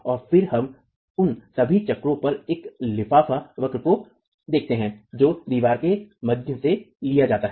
और फिर हम उन सभी चक्रों पर एक लिफाफा वक्र को देखते हैं जो दीवार के माध्यम से लिया जाता है